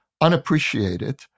unappreciated